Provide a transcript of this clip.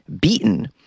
beaten